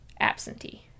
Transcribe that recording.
absentee